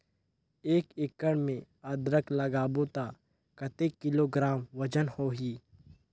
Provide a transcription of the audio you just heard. एक एकड़ मे अदरक लगाबो त कतेक किलोग्राम वजन होही?